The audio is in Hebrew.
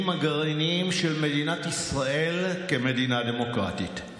הגרעיניים של מדינת ישראל כמדינה דמוקרטית.